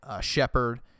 Shepard